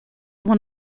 one